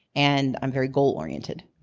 and i'm very goal oriented.